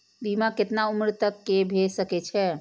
बीमा केतना उम्र तक के भे सके छै?